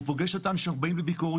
הוא פוגש אותנו כשאנחנו באים לביקורת,